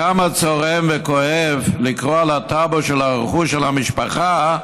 כמה צורם וכואב לקרוא על הטאבו של הרכוש של המשפחה: